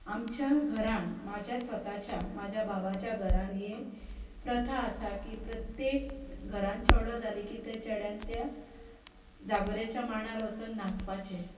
आमच्या घरान म्हज्या स्वताच्या म्हज्या बाबाच्या घरान हें प्रथा आसा की प्रत्येक घरान चेडो जाले की ते चेड्यान त्या जागोराच्या मांडार वचून नाचपाचें